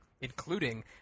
Including